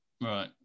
Right